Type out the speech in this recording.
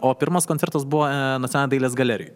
o pirmas koncertas buvo nacionalinėj dailės galerijoj